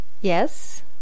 Yes